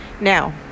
Now